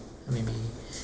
maybe